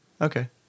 Okay